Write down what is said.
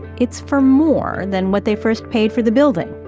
it's for more than what they first paid for the building.